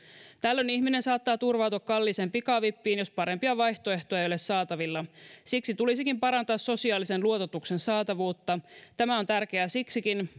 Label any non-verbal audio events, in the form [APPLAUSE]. tällöin ihminen saattaa turvautua kalliiseen pikavippiin jos parempia vaihtoehtoja ei ole saatavilla siksi tulisikin parantaa sosiaalisen luototuksen saatavuutta tämä on tärkeää siksikin [UNINTELLIGIBLE]